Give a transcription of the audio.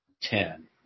Ten